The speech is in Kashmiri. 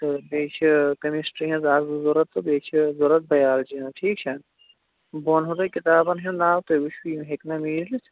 تہٕ بیٚیہِ چھِ کٔمِسٹرٛی ہٕنٛز اَکھ زٕ ضروٗرت تہٕ بیٚیہِ چھِ ضروٗرت بیالجی ہٕنٛز ٹھیٖک چھا بہٕ وَنہو تۄہہِ کِتابَن ہُنٛد ناو تُہۍ وُچھِو یِم ہیٚکہِ نا میٖلِتھ